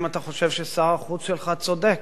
אם אתה חושב ששר החוץ שלך צודק